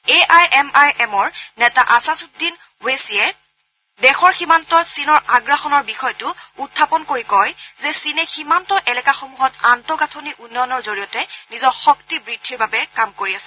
A I M I এমৰ নেতা আশ্বাদুদ্দিন ওৱেছিয়ে দেশৰ সীমান্তত চীনৰ আগ্ৰাসনৰ বিষয়টো উখাপন কৰি কয় যে চীনে সীমান্ত এলেকাসমূহত আন্তঃগঠিনিৰ উন্নয়নৰ জৰিয়তে নিজৰ শক্তি বৃদ্ধিৰ বাবে কাম কৰি আছে